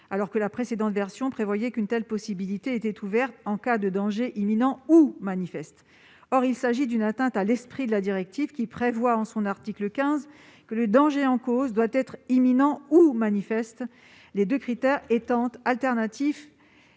alors que la précédente version prévoyait qu'une telle possibilité était ouverte « en cas de danger imminent ou manifeste ». Or il s'agit d'une atteinte à l'esprit de la directive, qui prévoit, en son article 15, que le danger en cause doit être imminent ou manifeste, les deux critères étant alternatifs